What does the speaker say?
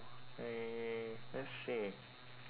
mm let's see